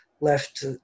left